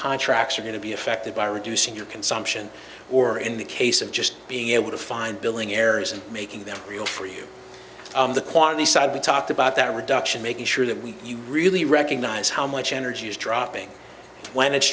contracts are going to be affected by reducing your consumption or in the case of just being able to find billing errors and making them real for you the quantity side we talked about that reduction making sure that we really recognize how much energy is dropping when it's